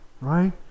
right